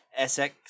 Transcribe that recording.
SX